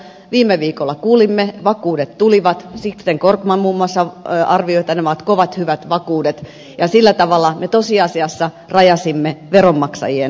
viime viikolla kuulimme että vakuudet tulivat sixten korkman muun muassa arvioi että nämä ovat kovat hyvät vakuudet ja sillä tavalla me tosiasiassa rajasimme veronmaksajien riskejä